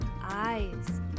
eyes